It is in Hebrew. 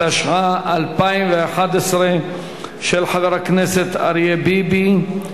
התשע"א 2011, של חבר הכנסת אריה ביבי.